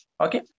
Okay